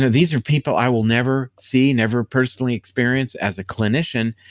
these are people i will never see, never personally experience as a clinician,